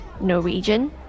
Norwegian